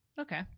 Okay